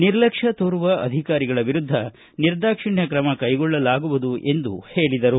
ನಿರ್ಲಕ್ಷ್ಯ ತೋರುವ ಅಧಿಕಾರಿಗಳ ವಿರುದ್ದ ನಿರ್ದಾಕ್ಷಿಣ್ಯ ಕ್ರಮ ಕೈಗೊಳ್ಳಲಾಗುವುದು ಎಂದು ಹೇಳಿದರು